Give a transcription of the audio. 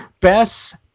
Best